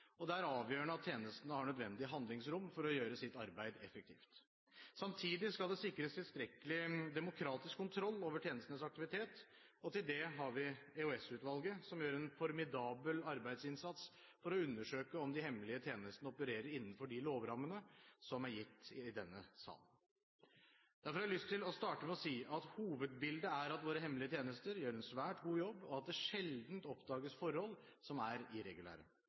og det er avgjørende at tjenestene har nødvendig handlingsrom for å gjøre sitt arbeid effektivt. Samtidig skal det sikres tilstrekkelig demokratisk kontroll over tjenestenes aktivitet, og til det har vi EOS-utvalget, som gjør en formidabel arbeidsinnsats for å undersøke om de hemmelige tjenestene opererer innenfor de lovrammene som er gitt i denne sal. Derfor har jeg lyst til å starte med å si at hovedbildet er at våre hemmelige tjenester gjør en svært god jobb, og at det sjelden oppdages forhold som er